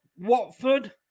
Watford